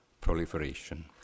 proliferation